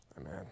Amen